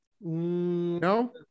No